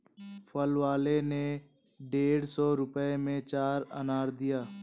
फल वाले ने डेढ़ सौ रुपए में चार अनार दिया